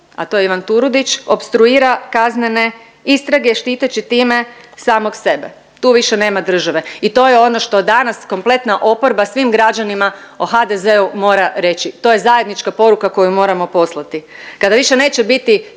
a to je Ivan Turudić opstruira kaznene istrage štiteći time samov sebe. Tu više nema države i to je ono što danas kompletna oporba svim građanima o HDZ-u mora reći. To je zajednička poruka koju moramo poslati. Kada više neće biti